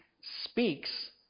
speaks